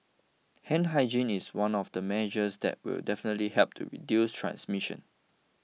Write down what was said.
hand hygiene is one of the measures that will definitely help to reduce transmission